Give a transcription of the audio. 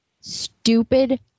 stupid